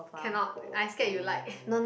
cannot I scared you like